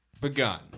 begun